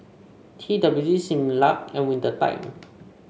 T W G Similac and Winter Time